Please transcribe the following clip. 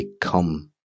come